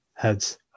Heads